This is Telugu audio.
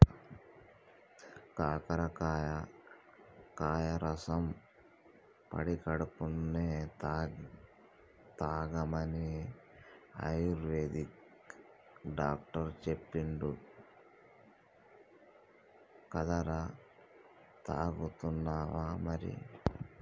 కాకరకాయ కాయ రసం పడిగడుపున్నె తాగమని ఆయుర్వేదిక్ డాక్టర్ చెప్పిండు కదరా, తాగుతున్నావా మరి